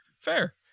Fair